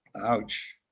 Ouch